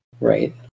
Right